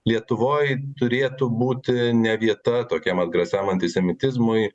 lietuvoj turėtų būti ne vieta tokiam agresyviam antisemitizmui